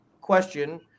question